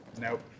Nope